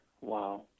Wow